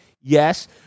yes